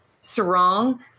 sarong